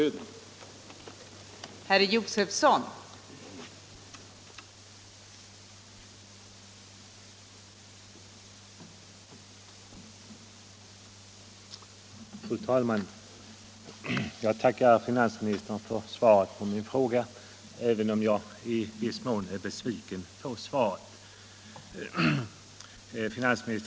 Med anledning av detta önskar jag framställa följande fråga: